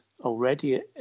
already